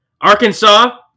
Arkansas